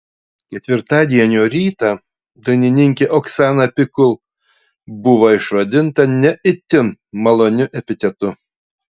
ketvirtadienio rytą dainininkė oksana pikul buvo išvadinta ne itin maloniu epitetu